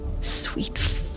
sweet